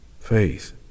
faith